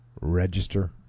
register